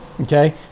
Okay